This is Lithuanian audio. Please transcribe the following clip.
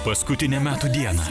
paskutinę metų dieną